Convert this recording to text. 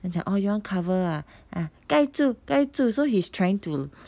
then 讲 orh you want cover ah 盖住盖住 so he's trying to